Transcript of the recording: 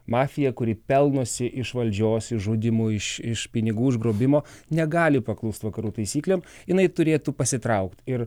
mafija kuri pelnosi iš valdžios išžudymų iš pinigų užgrobimo negali paklusti vakarų taisyklėm jinai turėtų pasitraukt ir